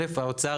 האוצר